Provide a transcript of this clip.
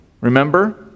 remember